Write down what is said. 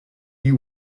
you